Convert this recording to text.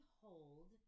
hold